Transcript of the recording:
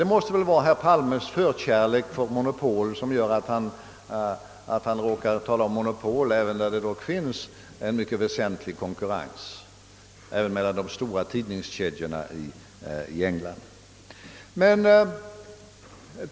Det måste vara herr Palmes förkärlek för monopol, som gör att han talar om ett sådant även när det gäller de stora tidningskedjorna i England, mellan vilka det förekommer en mycket väsentlig konkurrens.